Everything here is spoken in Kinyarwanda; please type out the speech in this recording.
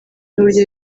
n’uburyo